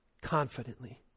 confidently